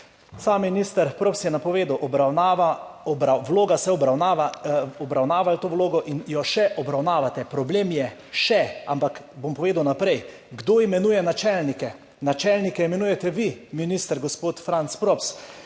Sam minister Props je napovedal, to vlogo so obravnavali in jo še obravnavate. Problem je še, ampak bom povedal naprej. Kdo imenuje načelnike? Načelnike imenujete vi, minister, gospod Franc Props.